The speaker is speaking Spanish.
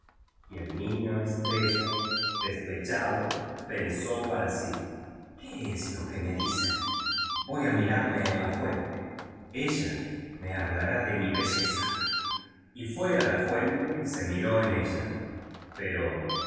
y el niño estrella despechado pensó para sí que es lo que me dicen voy á mirarme en la fuente ella me hablará de mi belleza y fue á la fuente y se miró en ella pero